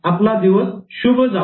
आपला दिवस चांगला जावो